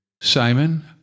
Simon